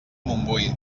montbui